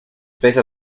space